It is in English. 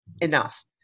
enough